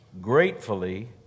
gratefully